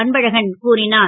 அன்பழகன் கூறினார்